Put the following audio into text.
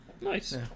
nice